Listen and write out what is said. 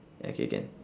okay can